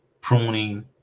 pruning